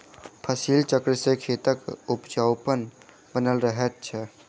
फसिल चक्र सॅ खेतक उपजाउपन बनल रहैत छै